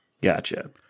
Gotcha